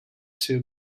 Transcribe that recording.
two